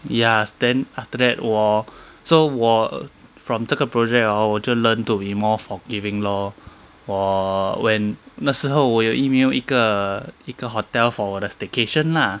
ya then after that 我 so 我 from 这个 project hor 我就 learn to be more forgiving lor 我 when 那时候我有 email 一个一个 hotel for 我的 staycation lah